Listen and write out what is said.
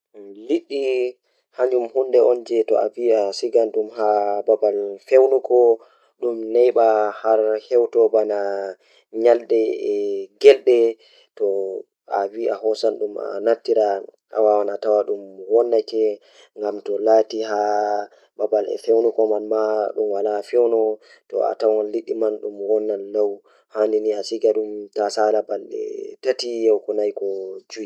Fishi foti waɗɗude e njammugo, kono ko lewruɗi e nder firinji. Ko waɗɗi ngal ko ndiyam haali to be tokkugo. So fishi woni fuɗɗo walla loɗɗi, foti njabbude.